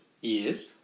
Yes